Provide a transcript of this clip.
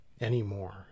anymore